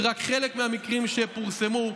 ורק חלק מהמקרים שפורסמו,